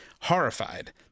horrified